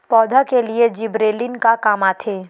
पौधा के लिए जिबरेलीन का काम आथे?